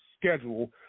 schedule